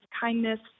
kindness